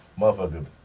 motherfucker